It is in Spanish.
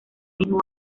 mismo